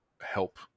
help